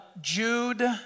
Jude